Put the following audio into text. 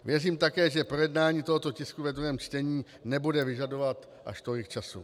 Věřím také, že projednání tohoto tisku ve druhém čtení nebude vyžadovat až tolik času.